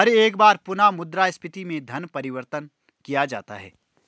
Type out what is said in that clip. हर एक बार पुनः मुद्रा स्फीती में धन परिवर्तन किया जाता है